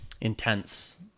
intense